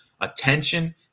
attention